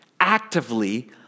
actively